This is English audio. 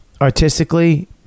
artistically